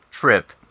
trip